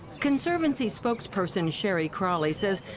conservancy spokesperson sherry crawley says,